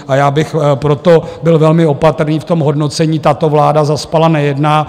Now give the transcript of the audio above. A já bych proto byl velmi opatrný v tom hodnocení: Tato vláda zaspala, nejedná.